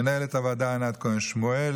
מנהלת הוועדה ענת כהן שמואל,